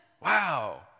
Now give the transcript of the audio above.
Wow